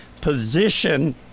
position